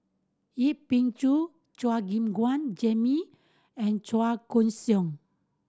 Yip Pin Xiu Chua Gim Guan Jimmy and Chua Koon Siong